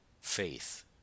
faith